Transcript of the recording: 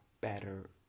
better